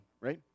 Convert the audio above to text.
right